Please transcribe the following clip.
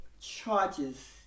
charges